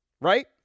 right